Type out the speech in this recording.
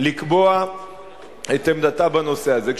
לקבוע את עמדתה בנושא הזה.